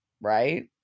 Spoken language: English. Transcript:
Right